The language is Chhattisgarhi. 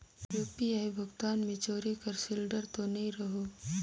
यू.पी.आई भुगतान मे चोरी कर सिलिंडर तो नइ रहु?